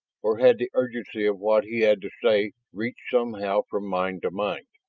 or had the urgency of what he had to say reached somehow from mind to mind?